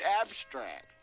abstract